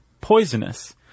poisonous